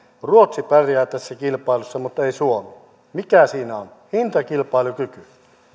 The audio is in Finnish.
ruotsi pärjää tässä kilpailussa mutta ei suomi mikä siinä on hintakilpailukyky